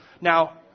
Now